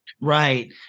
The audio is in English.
Right